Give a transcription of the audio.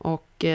Och